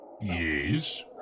Yes